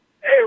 Hey